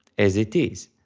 as it is,